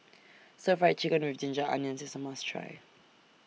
Stir Fry Chicken with Ginger Onions IS A must Try